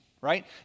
Right